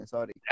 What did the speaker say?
Sorry